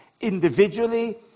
individually